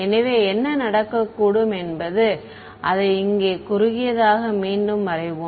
எனவே என்ன நடக்கக்கூடும் என்பது அதை இங்கே குறுகியதாக மீண்டும் வரைவோம்